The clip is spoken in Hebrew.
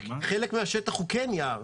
חלק מהשטח הוא כן יער.